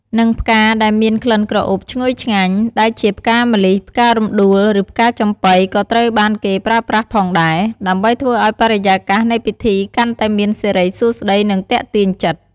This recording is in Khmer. និងផ្កាដែលមានក្លិនក្រអូបឈ្ងុយឆ្ងាញ់ ដូចជាផ្កាម្លិះ ផ្ការំដួល ឬផ្កាចំប៉ី ក៏ត្រូវបានគេប្រើប្រាស់ផងដែរ ដើម្បីធ្វើឱ្យបរិយាកាសនៃពិធីកាន់តែមានសិរីសួស្តី និងទាក់ទាញចិត្ត។